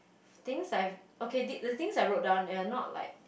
things I have okay the things I wrote down they are not like